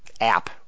app